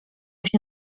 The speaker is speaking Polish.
się